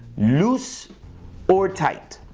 loose or tight?